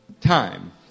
time